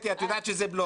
את יודעת שזה בלוף.